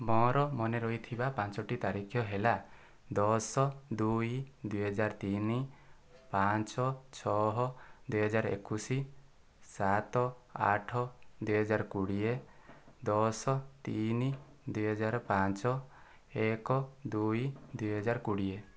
ମୋର ମନେ ରହିଥିବା ପାଞ୍ଚୋଟି ତାରିଖ ହେଲା ଦଶ ଦୁଇ ଦୁଇ ହଜାର ତିନି ପାଞ୍ଚ ଛଅ ଦୁଇ ହଜାର ଏକୋଇଶ ସାତ ଆଠ ଦୁଇ ହଜାର କୋଡ଼ିଏ ଦଶ ତିନି ଦୁଇ ହଜାର ପାଞ୍ଚ ଏକ ଦୁଇ ଦୁଇ ହଜାର କୋଡ଼ିଏ